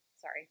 sorry